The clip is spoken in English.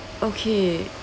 okay